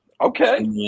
Okay